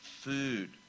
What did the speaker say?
food